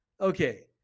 Okay